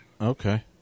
Okay